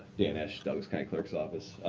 dan esch, douglas county clerk. sort of it's